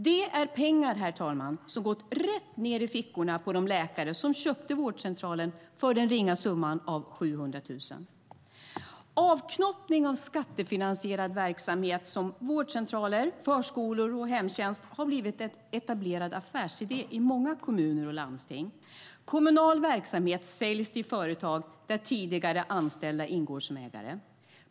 Det är pengar, herr talman, som gått rätt ned i fickorna på de läkare som köpte vårdcentralen för den ringa summan av 700 000. Avknoppning av skattefinansierad verksamhet som vårdcentraler, förskolor och hemtjänst har blivit en etablerad affärsidé i många kommuner och landsting. Kommunal verksamhet säljs till företag där tidigare anställda ingår som ägare.